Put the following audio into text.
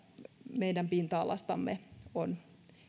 meidän pinta alastamme on